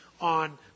on